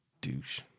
douche